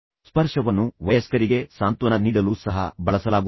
ಸ್ಪರ್ಶವನ್ನು ವಯಸ್ಕರಿಗೆ ಸಾಂತ್ವನ ನೀಡಲು ಸಹ ಬಳಸಲಾಗುತ್ತದೆ